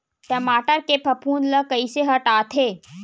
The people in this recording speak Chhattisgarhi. टमाटर के फफूंद ल कइसे हटाथे?